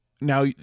now